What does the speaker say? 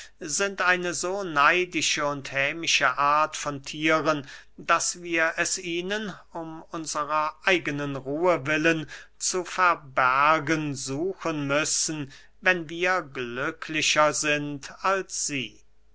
sind eine so neidische und hämische art von thieren daß wir es ihnen um unsrer eignen ruhe willen zu verbergen suchen müssen wenn wir glücklicher sind als sie